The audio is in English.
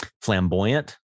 flamboyant